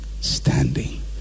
standing